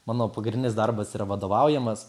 mano pagrindinis darbas yra vadovaujamas